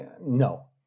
no